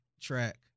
track